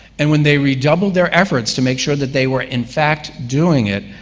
and when they redoubled their efforts to make sure that they were, in fact, doing it,